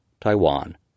Taiwan